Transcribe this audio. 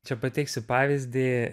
čia pateiksiu pavyzdį